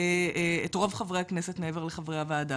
את רוב חברי הכנסת מעבר לחברי הוועדה.